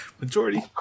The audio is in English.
Majority